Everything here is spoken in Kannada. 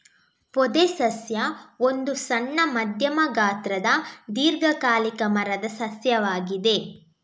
ಪೊದೆ ಸಸ್ಯ ಒಂದು ಸಣ್ಣ, ಮಧ್ಯಮ ಗಾತ್ರದ ದೀರ್ಘಕಾಲಿಕ ಮರದ ಸಸ್ಯವಾಗಿದೆ